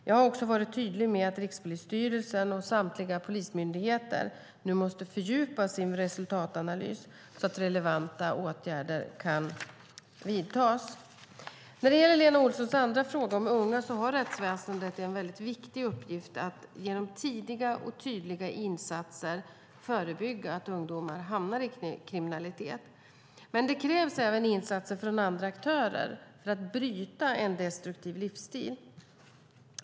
Jag har också varit tydlig med att Rikspolisstyrelsen och samtliga polismyndigheter nu måste fördjupa sin resultatanalys så att relevanta åtgärder kan vidtas. När det gäller Lena Olssons andra fråga om unga har rättsväsendet en mycket viktig uppgift att, genom tidiga och tydliga insatser, förebygga att unga fastnar i kriminalitet. Men det krävs även insatser från andra aktörer för att bryta en destruktiv livsstil.